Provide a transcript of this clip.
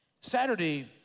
Saturday